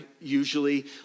usually